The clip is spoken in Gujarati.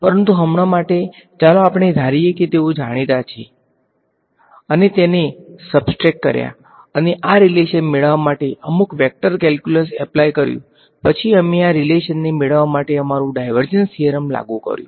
પરંતુ હમણાં માટે ચાલો આપણે ધારીએ કે તેઓ જાણીતા છે અમે તેમને સબ્સ્ટ્રેક્ટ કર્યા અને આ રીલેશન મેળવવા માટે અમુક વેક્ટર કેલ્ક્યુલસ એપ્લાય કર્યુ પછી અમે આ રીલેશનને મેળવવા માટે અમારું ડાયવર્જન્સ થીયરમ લાગુ કર્યું